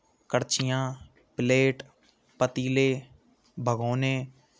कलछियाँ plate पतीले भगौने